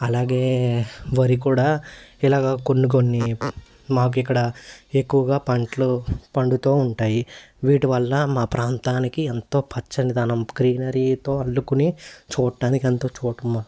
అలాగే వరి కూడా ఇలాగ కొన్ని కొన్ని మాకిక్కడ ఎక్కువగా పంటలు పండుతూ ఉంటాయి వీటివల్ల మా ప్రాంతానికి ఎంతో పచ్చని దనం గ్రీనరీతో అల్లుకొని చూడటానికి ఎంతో చూడము